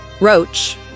Roach